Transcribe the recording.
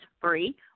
free